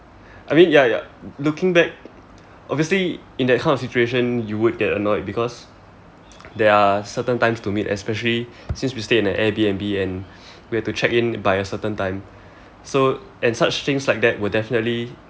I mean ya ya looking back obviously in that kind of situation you would get annoyed because there are certain times to meet especially since we stay in a airbnb and we have to check in by a certain time so and such things like that will definitely